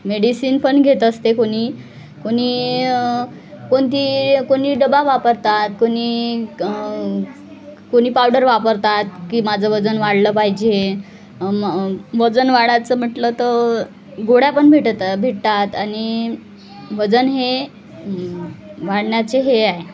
medicine पण घेत असते कोणी कोणी कोणती कोणी डबा वापरतात कोणी कोणी पावडर वापरतात की माझं वजन वाढलं पाहिजे मग वजन वाढायचं म्हटलं तर घोड्या पण भेटत भेटतात आणि वजन हे वाढण्याचे हे आहे